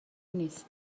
نیست